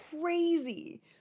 crazy